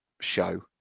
show